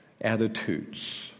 attitudes